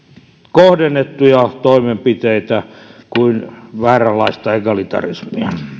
kohdennettuja toimenpiteitä kuin vääränlaista egalitarismia